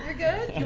ah good? and